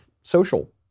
social